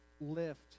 lift